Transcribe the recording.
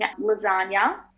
lasagna